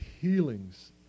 healings